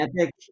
epic